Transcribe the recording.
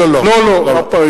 אני לא יודע אם זה פרלמנטרי,